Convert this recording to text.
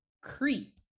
Creep